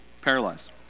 paralyzed